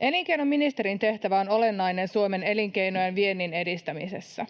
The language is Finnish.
Elinkeinoministerin tehtävä on olennainen Suomen elinkeinojen ja viennin edistämisessä.